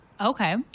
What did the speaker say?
Okay